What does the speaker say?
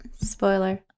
Spoiler